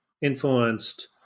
influenced